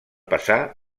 passar